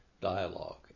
dialogue